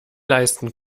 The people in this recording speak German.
leisten